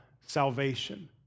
salvation